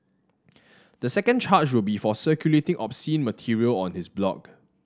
the second charge will be for circulating obscene material on his blog